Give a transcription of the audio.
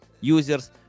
users